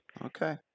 Okay